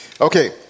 Okay